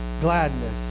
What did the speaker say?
gladness